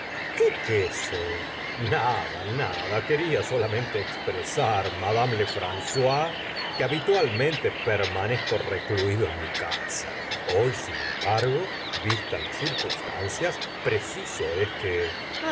qué queso nada nada quería solamente expresar mada gmstavo flaubert me lefrancois que habitualmente permanezco re du do en mi casa hoy sin embargo vistas las circunstancias preciso es que ah